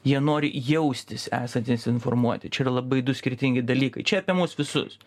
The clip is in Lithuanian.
jie nori jaustis esantys informuoti čia yra labai du skirtingi dalykai čia apie mus visus